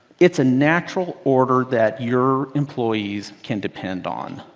it's a natural order that your employees can depend on.